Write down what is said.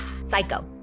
Psycho